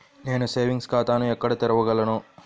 నేను సేవింగ్స్ ఖాతాను ఎక్కడ తెరవగలను?